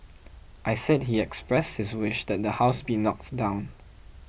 I said he expressed his wish that the house be knocked down